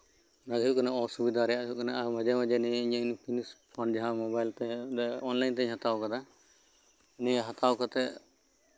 ᱟᱨ ᱚᱥᱩᱵᱤᱫᱷᱟ ᱨᱮᱭᱟᱜ ᱫᱚ ᱢᱮᱱᱟᱜᱼᱟ ᱢᱟᱡᱷᱮ ᱢᱟᱡᱷᱮ ᱤᱧᱟᱹᱜ ᱱᱚᱣᱟ ᱢᱳᱵᱟᱭᱤᱞ ᱛᱮ ᱚᱱᱞᱟᱭᱤᱱ ᱛᱤᱧ ᱦᱟᱛᱟᱣ ᱠᱟᱫᱟ ᱱᱤᱭᱟᱹ ᱦᱟᱛᱟᱣ ᱠᱟᱛᱮᱜ